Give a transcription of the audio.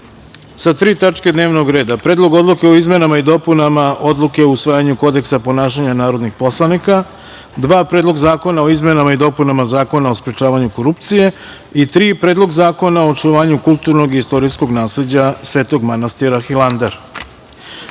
sa tri tačke dnevnog reda: Predlog odluke o izmenama i dopunama Odluke o usvajanju Kodeksa ponašanja narodnih poslanika, Predlog zakona o izmenama i dopunama Zakona o sprečavanju korupcije i Predlog zakona o očuvanju kulturnog i istorijskog nasleđa Svetog manastira Hilandar. Kao